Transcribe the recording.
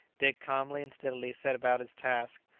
dick calmly and steadily set about his task.